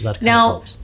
Now